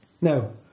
No